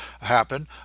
happen